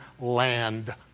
land